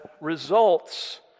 results